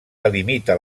delimita